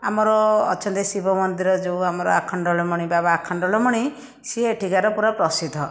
ଆମର ଅଛନ୍ତି ଶିବ ମନ୍ଦିର ଯେଉଁ ଆମର ଆଖଣ୍ଡଳମଣି ବାବା ଆଖଣ୍ଡଳମଣି ସିଏ ଏଠିକାର ପୁରା ପ୍ରସିଦ୍ଧ